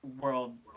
world